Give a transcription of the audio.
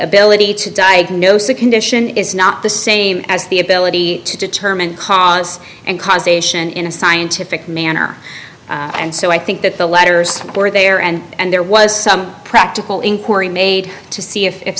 ability to diagnose a condition is not the same as the ability to determine cause and causation in a scientific manner and so i think that the letters were there and there was some practical inquiry made to see if